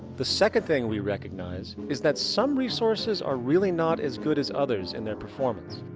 the second thing we recognize, is that some resources are really not as good as others in their performance.